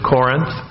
Corinth